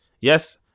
Yes